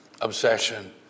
obsession